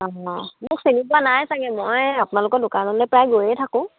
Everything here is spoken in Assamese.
অঁ মোক চিনি পোৱা নাই চাগৈ মই আপোনালোকৰ দোকানলে প্ৰায় গৈয়ে থাকোঁ